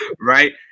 right